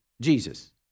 Jesus